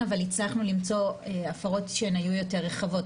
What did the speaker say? הצלחנו למצוא הפרות שהיו יותר רחבות.